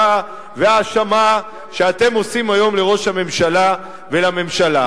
וההאשמה שאתם עושים היום לראש הממשלה ולממשלה.